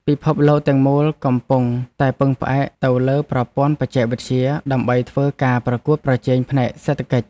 ពិភពលោកទាំងមូលកំពុងតែពឹងផ្អែកទៅលើប្រព័ន្ធបច្ចេកវិទ្យា ដើម្បីធ្វើការប្រកួតប្រជែងផ្នែកសេដ្ឋកិច្ច។